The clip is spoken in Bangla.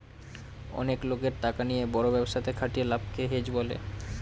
অনেক লোকের টাকা নিয়ে বড় ব্যবসাতে খাটিয়ে লাভকে হেজ বলে